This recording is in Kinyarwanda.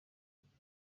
sinari